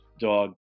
dog